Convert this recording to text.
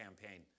campaign